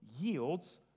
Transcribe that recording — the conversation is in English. yields